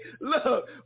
look